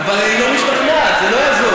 אבל היא לא משתכנעת, זה לא יעזור.